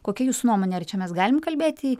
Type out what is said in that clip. kokia jūsų nuomonė ar čia mes galim kalbėti